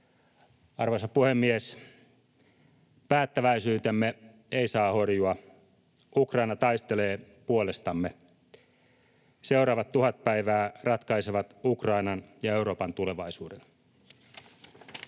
Arvoisa puhemies! Päättäväisyytemme ei saa horjua. Ukraina taistelee puolestamme. Seuraavat tuhat päivää ratkaisevat Ukrainan ja Euroopan tulevaisuuden.